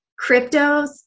cryptos